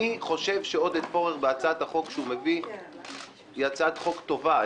אני חושב שהצעת החוק שעודד פורר מביא היא הצעת חוק טובה.